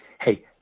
Hey